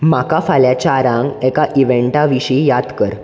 म्हाका फाल्यां चारांक एका इव्हँटा विशीं याद कर